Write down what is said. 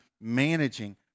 managing